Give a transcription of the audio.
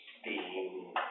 steam